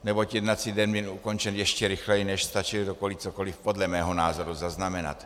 Neboť jednací den byl ukončen ještě rychleji, než stačil kdokoliv cokoliv podle mého názoru zaznamenat.